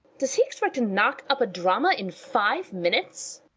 does he expect to knock up a drama in five minutes?